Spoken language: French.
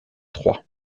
trois